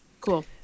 Cool